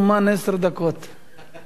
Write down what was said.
אני מקווה שהוא ירחם עלינו,